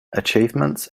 achievements